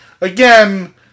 again